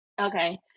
okay